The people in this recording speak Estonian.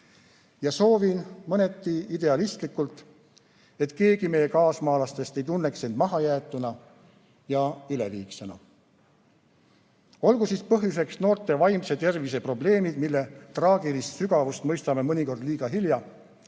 Ja soovin, mõneti idealistlikult, et keegi meie kaasmaalastest ei tunneks end mahajäetuna ja üleliigsena. Olgu siis põhjuseks noorte vaimse tervise probleemid, mille traagilist sügavust mõistame mõnikord liiga hilja,